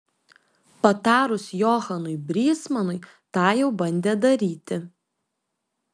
patarus johanui brysmanui tą jau bandė daryti